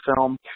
film